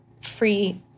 free